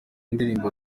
ndirimbo